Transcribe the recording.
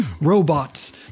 robots